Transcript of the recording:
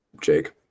Jake